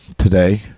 Today